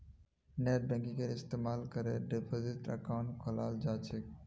नेटबैंकिंगेर इस्तमाल करे डिपाजिट अकाउंट खोलाल जा छेक